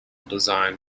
design